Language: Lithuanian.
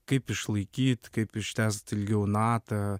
kaip išlaikyt kaip ištęst ilgiau natą